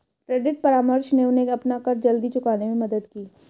credit परामर्श ने उन्हें अपना कर्ज जल्दी चुकाने में मदद की